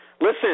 Listen